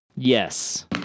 Yes